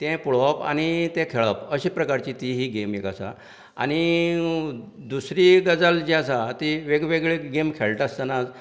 तें पळोवप आनी तें खेळप अशे प्रकारची ती ही गेम एक आसा आनी दुसरी गजाल जी आसा ती वेगळे वेगळे गेम खेळटा आसतना